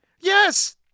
Yes